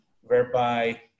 whereby